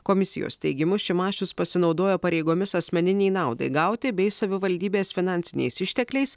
komisijos teigimu šimašius pasinaudojo pareigomis asmeninei naudai gauti bei savivaldybės finansiniais ištekliais